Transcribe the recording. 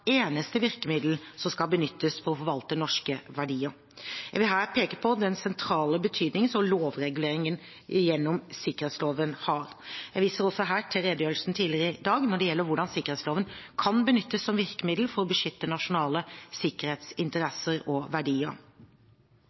eneste virkemiddel som skal benyttes for å forvalte norske verdier. Jeg vil her peke på den sentrale betydningen som lovreguleringer gjennom sikkerhetsloven har. Jeg viser også her til redegjørelsen tidligere i dag når det gjelder hvordan sikkerhetsloven kan benyttes som virkemiddel for å beskytte nasjonale sikkerhetsinteresser og verdier.